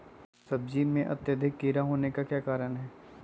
सब्जी में अत्यधिक कीड़ा होने का क्या कारण हैं?